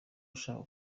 ushaka